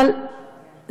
המשטרה מטפלת מספיק טוב.